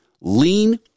lean